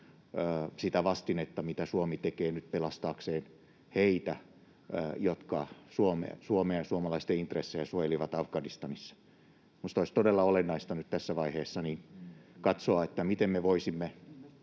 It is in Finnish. sitä vastinetta, mitä Suomi tekee nyt pelastaakseen heitä, jotka Suomen ja suomalaisten intressejä suojelivat Afganistanissa. Minusta olisi todella olennaista nyt tässä vaiheessa katsoa, miten me voisimme